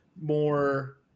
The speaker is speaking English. more